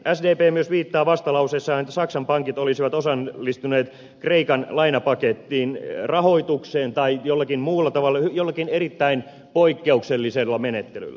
sdp myös viittaa vastalauseessaan että saksan pankit olisivat osallistuneet kreikan lainapakettiin sen rahoitukseen tai jollakin muulla tavalla jollakin erittäin poikkeuksellisella menettelyllä